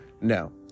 No